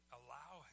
allow